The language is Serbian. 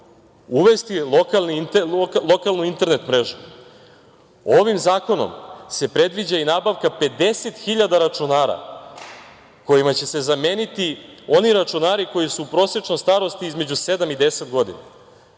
uvesti lokalnu internet mrežu. Ovim zakonom se predviđa i nabavka 50 hiljada računara kojima će se zameniti oni računari koji su u prosečnoj starosti između sedam i deset